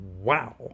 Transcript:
Wow